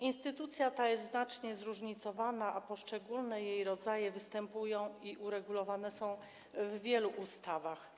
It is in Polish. Instytucja ta jest znacznie zróżnicowana, a poszczególne jej rodzaje występują i uregulowane są w wielu ustawach.